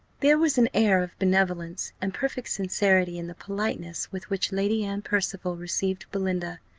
there was an air of benevolence and perfect sincerity in the politeness with which lady anne percival received belinda,